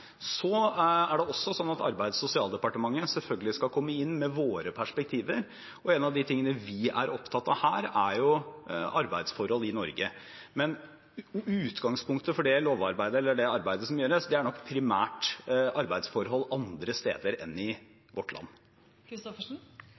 Arbeids- og sosialdepartementet komme inn med våre perspektiver. En av de tingene vi er opptatt av, er arbeidsforhold i Norge. Men utgangspunktet for det arbeidet som gjøres, er nok primært arbeidsforhold andre steder enn i